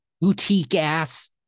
boutique-ass